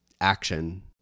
action